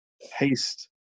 haste